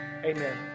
Amen